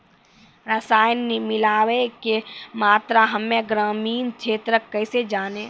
रसायन मिलाबै के मात्रा हम्मे ग्रामीण क्षेत्रक कैसे जानै?